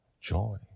Joy